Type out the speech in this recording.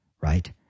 right